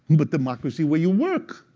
but democracy where you work.